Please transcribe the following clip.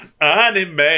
anime